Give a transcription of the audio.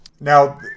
Now